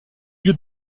lieu